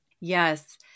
Yes